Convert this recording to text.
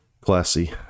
Classy